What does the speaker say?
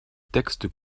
texte